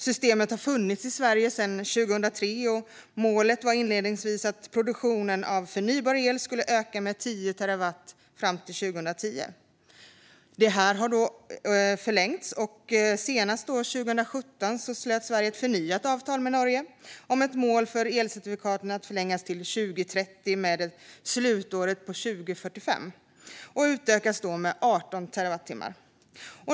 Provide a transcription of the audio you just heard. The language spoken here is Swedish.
Systemet har funnits i Sverige sedan 2003, och målet var inledningsvis att produktionen av förnybar el skulle öka med 10 terawattimmar fram till 2010. Avtalet har förlängts. Senast 2017 slöt Sverige ett förnyat avtal med Norge med målet att elcertifikaten skulle förlängas till 2030 med slutåret 2045 och då utökas med 18 terawattimmar.